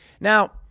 Now